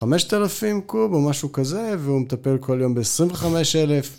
5000 קוב הוא משהו כזה והוא מטפל כל יום ב-25,000